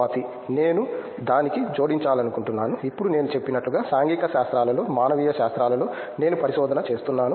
స్వాతి నేను దానికి జోడించాలనుకుంటున్నాను ఇప్పుడు నేను చెప్పినట్లుగా సాంఘిక శాస్త్రాలలో మానవీయ శాస్త్రాలలో నేను పరిశోధన చేస్తున్నాను